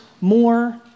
more